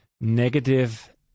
negative